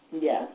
Yes